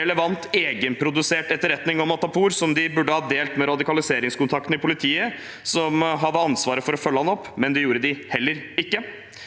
relevant, egenprodusert etterretning om Matapour som de burde ha delt med radikaliseringskontakten i politiet, som hadde ansvaret for å følge ham opp, men det gjorde de heller ikke.